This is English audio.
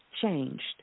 changed